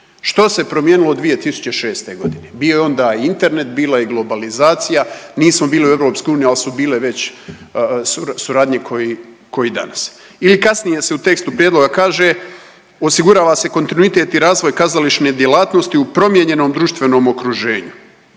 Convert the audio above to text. Što se promijenilo 2006. g.? Bio je onda internet, bila je globalizacija, nismo bili u EU, ali su bile već suradnje kao i danas. Ili kasnije se u tekstu Prijedloga kaže, osigurava se kontinuitet i razvoj kazališne djelatnosti u promijenjenom društvenom okruženju.